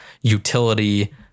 utility